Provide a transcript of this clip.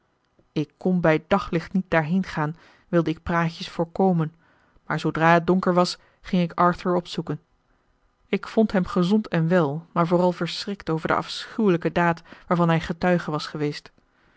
ik kon bij daglicht niet daarheen gaan wilde ik praatjes voorkomen maar zoodra het donker was ging ik arthur opzoeken ik vond hem gezond en wel maar vooral verschrikt over de afschuwelijke daad waarvan hij getuige was geweest